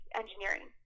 engineering